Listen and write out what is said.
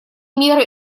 меры